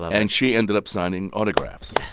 and she ended up signing autographs.